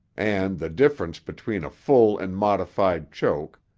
and the difference between a full and modified choke,